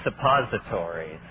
suppositories